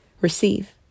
Receive